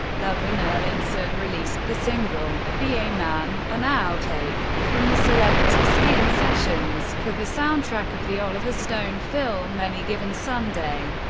love and erlandson released the single be a man an outtake from the celebrity skin sessions for the soundtrack of the oliver stone film any given sunday.